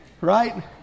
right